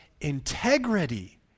integrity